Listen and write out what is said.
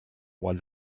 while